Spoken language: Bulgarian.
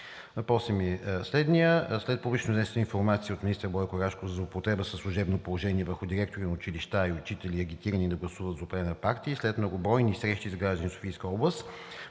след публично изнесена информация от министър Бойко Рашков за злоупотреба със служебно положение върху директори на училища и учители, агитирани да гласуват за определена партия, и след многобройни срещи с граждани в Софийска област,